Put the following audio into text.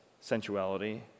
sensuality